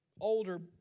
older